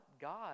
God